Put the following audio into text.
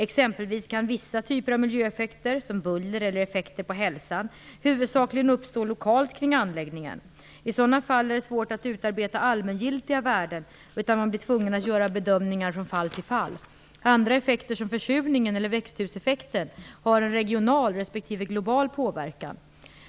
Exempelvis kan vissa typer av miljöeffekter, som buller eller effekter på hälsan, huvudsakligen uppstå lokalt kring anläggningen. I sådana fall är det svårt att utarbeta allmängiltiga värden, utan man blir tvungen att göra bedömningar från fall till fall. Andra effekter, som försurningen eller växthuseffekten, har en regional respektive global påverkan.